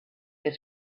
that